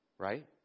Right